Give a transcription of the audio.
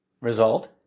result